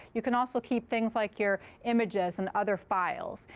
you can also keep things like your images and other files.